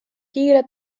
kiire